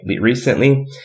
recently